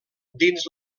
dins